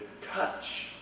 touch